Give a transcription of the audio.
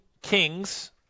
kings